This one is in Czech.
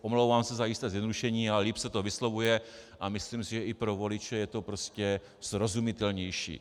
Omlouvám se za jisté zjednodušení, ale líp se to vyslovuje a myslím si, že i pro voliče je to prostě srozumitelnější.